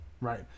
Right